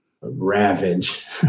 ravage